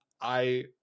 I-